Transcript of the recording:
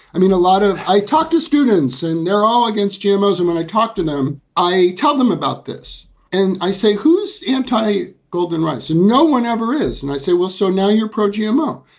i mean, a lot of i talk to students and they're all against gmos. and when i talk to them, i tell them about this and i say, whose entire golden rice and no one ever is? and i say, well, so now you're pro gmo.